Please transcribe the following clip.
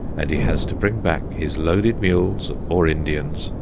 and he has to bring back his loaded mules, or indians,